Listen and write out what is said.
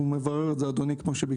הוא מברר את זה, אדוני, כמו שביקשת.